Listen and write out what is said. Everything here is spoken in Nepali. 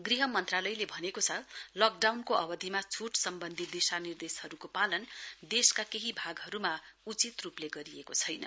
गृह मन्त्रालयले भनेको छ लकडाउनको अवधिमा छ्रट सम्वन्धी दिशा निर्देशहरुको पालन देशका केही भागहरुमा उचित रुपले गरिएको छैन